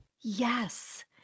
Yes